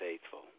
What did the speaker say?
faithful